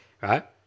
right